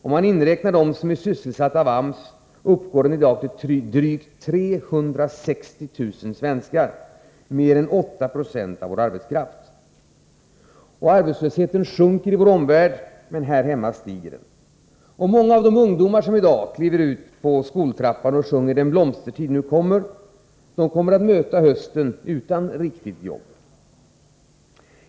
Om man inräknar dem som är sysselsatta av AMS uppgår den i dag till drygt 360 000 svenskar — mer än 8 96 av vår arbetskraft. Arbetslösheten sjunker i vår omvärld. Men här hemma stiger den. Många av de ungdomar som i dag kliver ut på skoltrappan och sjunger Den blomstertid nu kommer, kommer att möta hösten utan riktigt jobb.